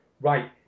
Right